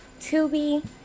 Tubi